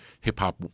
hip-hop